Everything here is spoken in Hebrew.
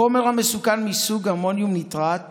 החומר המסוכן מסוג אמונים ניטראט